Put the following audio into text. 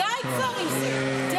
די כבר עם זה.